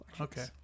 okay